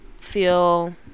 feel